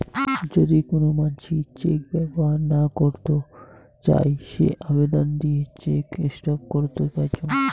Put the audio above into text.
যদি কোন মানসি চেক ব্যবহর না করত চাই সে আবেদন দিয়ে চেক স্টপ করত পাইচুঙ